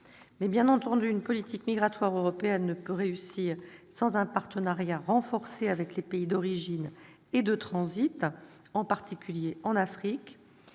évidemment, une politique migratoire européenne ne peut réussir sans un partenariat renforcé avec les pays d'origine et de transit, en particulier en Afrique.